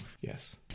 Yes